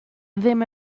ddim